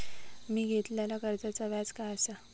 मी घेतलाल्या कर्जाचा व्याज काय आसा?